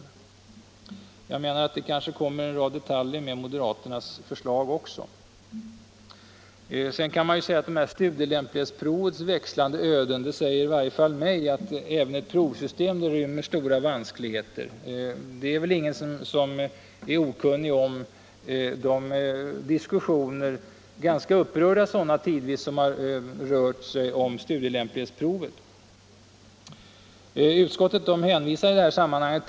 Jag menar alltså att det kanske följer en del detaljer även med moderaternas förslag. Jag vill också framhålla att studielämplighetsprovets växlande öden säger mig att även ett provsystem rymmer stora vanskligheter. Ingen är väl okunnig om de tidvis ganska upprörda diskussioner som förts om studielämplighetsprovet. Utskottet hänvisar f.ö.